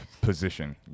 position